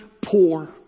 poor